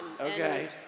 Okay